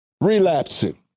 relapsing